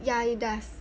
ya it does